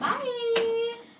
Bye